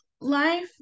life